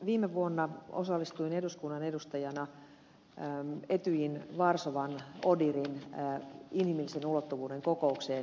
viime vuonna osallistuin eduskunnan edustajana etyjin varsovan odihrin inhimillisen ulottuvuuden kokoukseen